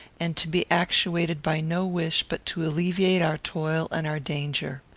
and to be actuated by no wish but to alleviate our toil and our danger.